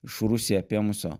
iš rusiją apėmusio